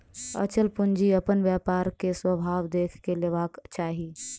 अचल पूंजी अपन व्यापार के स्वभाव देख के लेबाक चाही